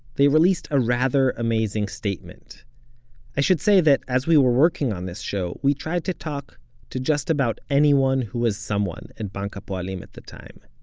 they released a rather amazing statement i should say that as we were working on this show, we tried to talk to just about anyone who was someone at bank ha'poalim at the time.